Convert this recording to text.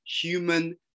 human